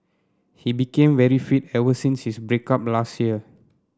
he became very fit ever since his break up last year